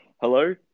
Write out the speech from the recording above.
Hello